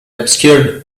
obscured